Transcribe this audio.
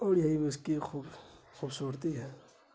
اور یہی اس کی خوب خوبصورتی ہے